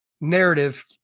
narrative